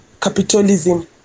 capitalism